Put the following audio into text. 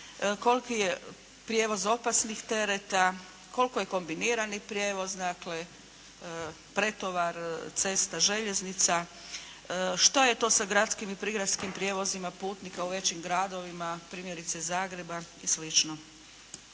koliki je prijevoz opasnih tereta, koliko je kombinirani prijevoz, pretovar cesta-željeznica, šta je to sa gradskim i prigradskim prijevozima putnika u većim gradovima, primjerice Zagreba i